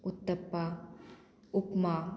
Uthappa upma